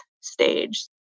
stage